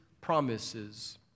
promises